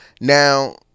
Now